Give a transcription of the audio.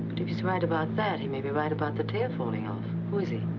but if he's right about that, he may be right about the tail falling off. who is he?